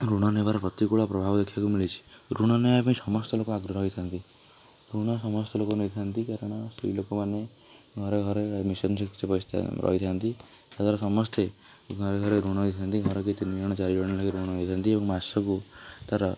ଋଣ ନେବାର ପ୍ରତିକୂଳ ପ୍ରଭାବ ଦେଖିବାକୁ ମିଳିଛି ଋଣ ନେବା ପାଇଁ ସମସ୍ତ ଲୋକ ଆଗ୍ରହୀ ଥାଆନ୍ତି ଋଣ ସମସ୍ତ ଲୋକ ନେଇଥାନ୍ତି କାରଣ ସ୍ତ୍ରୀ ଲୋକମାନେ ଘରେ ଘରେ ମିଶନ ଶକ୍ତି ରହିଥାନ୍ତି ତାଦ୍ଵାରା ସମସ୍ତେ ଘରେ ଘରେ ଋଣ ନେଇଥାନ୍ତି ଥରକେ ଦୁଇ ଜଣ ଚାରି ଜଣ ଋଣ ନେଇଥାନ୍ତି ଆଉ ମାସକୁ ତା'ର